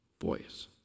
voice